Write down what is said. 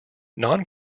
non